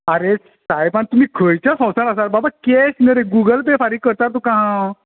अरे सायबा तुमी खंयच्या संवसारांत आसात बाबा कॅश न्ही रे गुगल पे फारीक करता तुका हांव